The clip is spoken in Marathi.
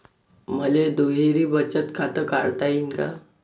मले दुहेरी बचत खातं काढता येईन का?